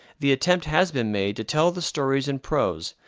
the attempt has been made to tell the stories in prose,